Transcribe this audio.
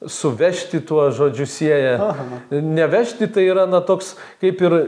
su vežti tuo žodžiu sieja nevežti tai yra na toks kaip ir